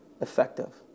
effective